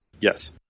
Yes